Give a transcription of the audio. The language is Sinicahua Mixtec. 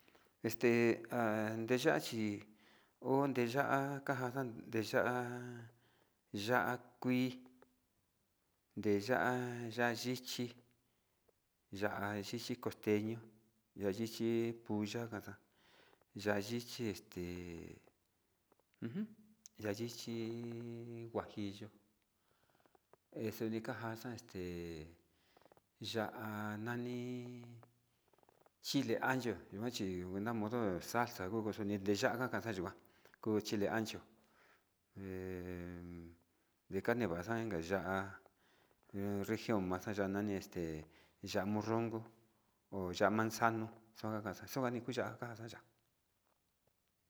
Este ndeyachi ho de ya'á kaja nde ya'á, ya'á kuii nde ya'á ya'á yichi, ya'á ichi costeño ya'a ichi pulla ya'a ichi este ujun ya'a ichi huajillo, este xudi kaja este ya'á ichi nani chile ancho yuanchi na'a modo salsa nguu xuu nii ya'á kakan xa'a yikuan kuu chile ancho he dekanivaxan inka ya'á ha región maxa ya'á nani este ya'á monronko ho ya'á manzano xuka'a kaxa xuni kuu ya'a kaxaxa.